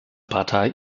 partei